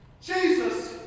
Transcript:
Jesus